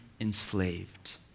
enslaved